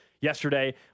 yesterday